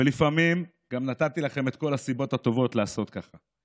ולפעמים גם נתתי לכם את כל הסיבות הטובות לעשות כך.